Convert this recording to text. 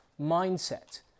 mindset